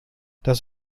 das